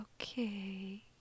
okay